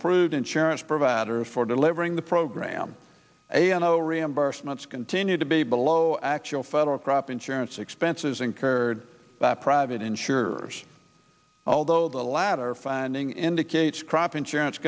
approved insurance providers for delivering the program am no reimbursements continue to be below actual federal crop insurance expenses incurred by private insurers although the latter finding indicates crop insurance